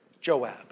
Joab